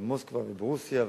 במוסקבה וברוסיה,